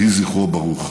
יהי זכרו ברוך.